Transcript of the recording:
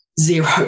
zero